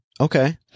Okay